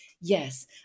yes